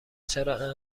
چرا